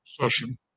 session